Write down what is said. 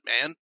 man